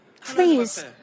Please